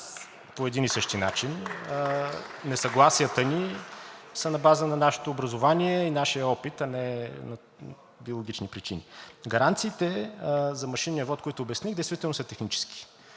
Промяната“.) Несъгласията ни са на база нашето образование и нашия опит, а не на биологични причини. Гаранциите за машинния вот, които обясних, действително са технически.